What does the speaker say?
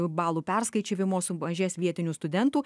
balų perskaičiavimo sumažės vietinių studentų